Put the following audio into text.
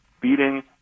beating